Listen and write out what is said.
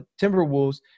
Timberwolves